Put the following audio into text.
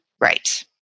Right